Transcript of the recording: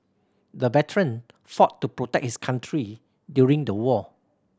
the veteran fought to protect his country during the war